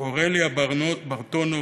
אריאלה ברטונוב,